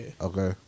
Okay